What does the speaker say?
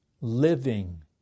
living